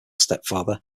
stepfather